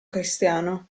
cristiano